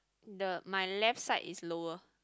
the my left side is lower